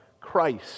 Christ